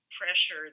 pressure